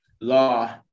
law